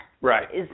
Right